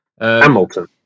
hamilton